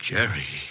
Jerry